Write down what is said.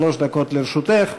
שלוש דקות לרשותך.